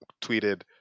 tweeted